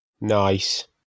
Nice